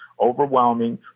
overwhelming